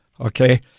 okay